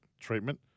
treatment